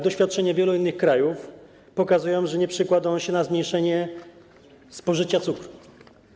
Doświadczenia wielu innych krajów pokazują, że nie przekłada się on na zmniejszenie spożycia cukru.